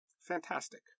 Fantastic